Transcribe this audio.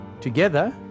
together